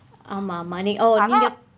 ஆமாம் ஆமாம் நீ:aamaam aamaam nii oh நீங்க:niingka